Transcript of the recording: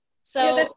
So-